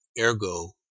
Ergo